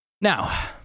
Now